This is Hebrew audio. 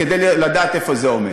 כדי לדעת איפה זה עומד.